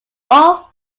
all